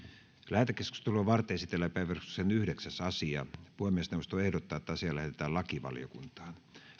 lähetekeskustelua varten esitellään päiväjärjestyksen yhdeksäs asia puhemiesneuvosto ehdottaa että asia lähetetään lakivaliokuntaan